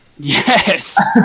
Yes